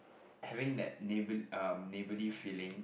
having that neighbor um neighbourly feeling